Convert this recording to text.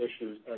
issues